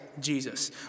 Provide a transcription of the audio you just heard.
Jesus